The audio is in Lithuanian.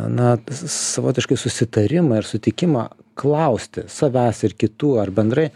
na s savotiškai susitarimą ir sutikimą klausti savęs ir kitų ar bendrai